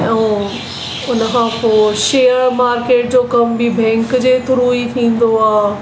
ऐं उन खां पोइ शेयर मार्केट जो कम बि बैंक जे थ्रू ई थींदो आहे